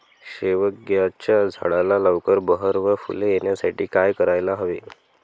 शेवग्याच्या झाडाला लवकर बहर व फूले येण्यासाठी काय करायला हवे?